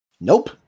nope